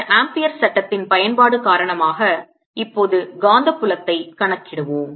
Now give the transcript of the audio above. இந்த ஆம்பியர் சட்டத்தின் பயன்பாடு காரணமாக இப்போது காந்தப்புலத்தை கணக்கிடுவோம்